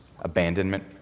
abandonment